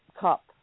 cup